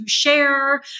share